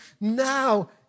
now